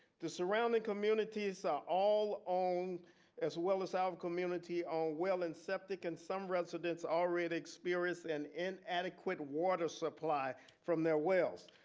the surrounding communities all own as well as our community on well and septic and some residents already experienced an inadequate water supply from their wells.